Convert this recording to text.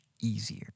easier